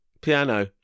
Piano